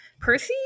percy